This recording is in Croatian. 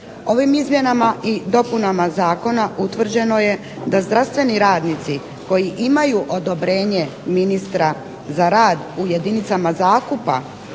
Ovim izmjenama i dopunama zakona utvrđeno je da zdravstveni radnici koji imaju odobrenje ministra za rad u jedinicama zakupa